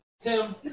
Tim